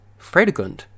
Fredegund